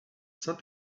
saint